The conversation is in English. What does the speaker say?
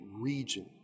region